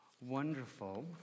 Wonderful